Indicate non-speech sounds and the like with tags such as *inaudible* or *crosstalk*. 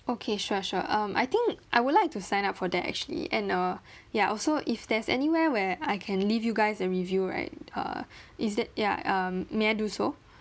okay sure sure um I think I would like to sign up for that actually and err *breath* ya also if there's anywhere where I can leave you guys a review right err *breath* is that ya um may I do so